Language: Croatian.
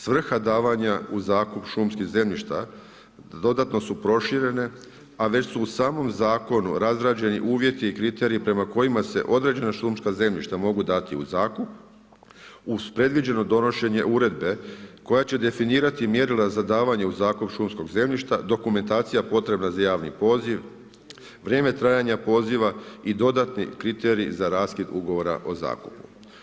Svrha davanja u zakup šumskih zemljišta dodatno su proširene, a već su u samom zakonu razrađeni uvjeti i kriteriji prema kojima se određena šumska zemljišta mogu dati u zakup uz predviđeno donošenje uredbe koja će definirati mjerila za davanje u zakup šumskog zemljišta, dokumentacija potrebna za javni poziv, vrijeme trajanja poziva i dodatni kriteriji za raskid ugovora o zakupu.